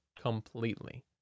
completely